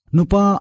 Nupa